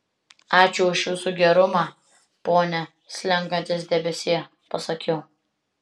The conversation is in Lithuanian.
ačiū už jūsų gerumą pone slenkantis debesie pasakiau